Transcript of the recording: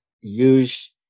use